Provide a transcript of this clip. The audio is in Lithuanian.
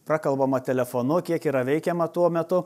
pakalbama telefonu kiek yra veikiama tuo metu